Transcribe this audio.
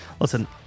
Listen